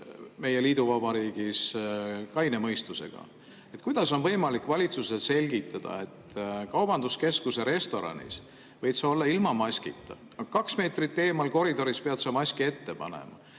meie liiduvabariigis kaine mõistusega? Kuidas on võimalik valitsusel selgitada, et kaubanduskeskuse restoranis võid sa olla ilma maskita, aga kaks meetrit eemal koridoris pead sa maski ette panema?